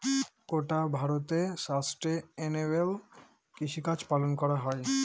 গোটা ভারতে সাস্টেইনেবল কৃষিকাজ পালন করা হয়